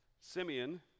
Simeon